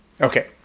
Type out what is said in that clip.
Okay